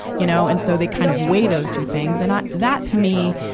you know? and so, they kind of weigh those two things. and i, that to me.